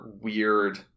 weird